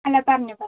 അല്ല പറഞ്ഞോ പറഞ്ഞോ